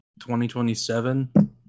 2027